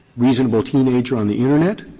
reasonable teenager on the internet.